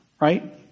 right